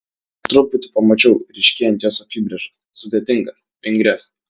po truputį pamačiau ryškėjant jos apybrėžas sudėtingas vingrias